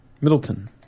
Middleton